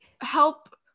Help